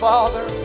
Father